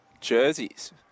jerseys